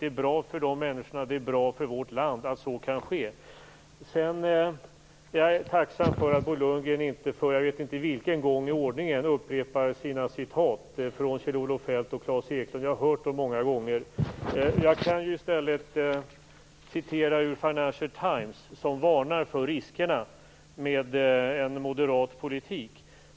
Det är bra för de människorna och för vårt land att så kan ske. Jag är tacksam för att Bo Lundgren inte för jag vet inte vilken gång i ordningen upprepar sina citat från Kjell-Olof Feldt och Klas Eklund. Jag har hört dem många gånger. Jag kan i stället läsa ur Financial Times, som varnar för riskerna med en moderat politik.